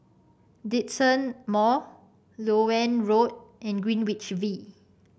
Djitsun Mall Loewen Road and Greenwich V